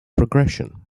progression